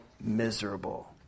miserable